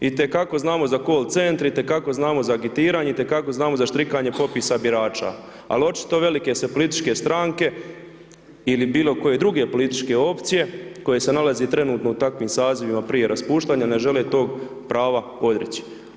Itekako znamo za coll centre, itekako znamo za agitiranje, itekako znamo za štrikanje popisa birača, ali očito se velike političke stranke ili bilo koje druge političke opcije, koje se nalaze trenutno u takvim sazivima prije raspuštanja, ne žele tog prava odreći.